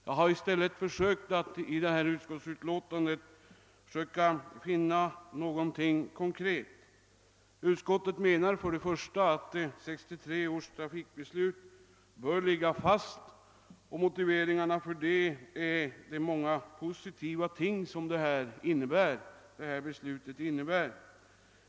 Jag har försökt att i detta utlåtande finna något konkret. Utskottet anser att 1963 års trafikbeslut bör ligga fast. Motiveringen härför är de många positiva ting som beslutet medför.